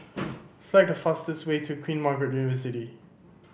select the fastest way to Queen Margaret University